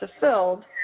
fulfilled